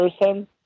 person